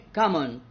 common